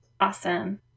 Awesome